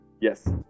Yes